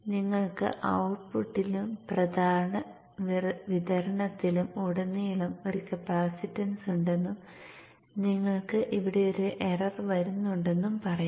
നിങ്ങൾക്ക് ഔട്ട്പുട്ടിലും പ്രധാന വിതരണത്തിലും ഉടനീളം ഒരു കപ്പാസിറ്റൻസ് ഉണ്ടെന്നും നിങ്ങൾക്ക് ഇവിടെ ഒരു എറർ വരുന്നുണ്ടെന്നും പറയാം